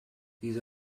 these